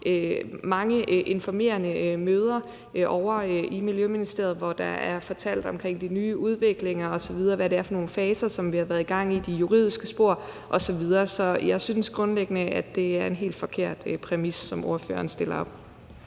mange informerende møder ovre i Miljøministeriet, hvor der er blevet fortalt om de nye udviklinger osv., og hvad det er for nogle faser, som har været i gang – de juridiske spor osv. Så jeg synes, at det grundlæggende er en helt forkert præmis, som ordføreren stiller op.